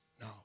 no